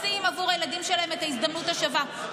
רוצים בעבור הילדים שלהם את ההזדמנות השווה,